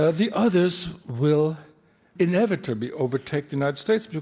ah the others will inevitably overtake the united states,